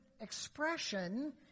expression